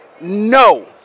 no